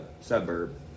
suburb